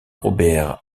robert